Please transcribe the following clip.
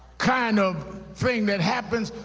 kind of thing that happens.